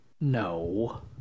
No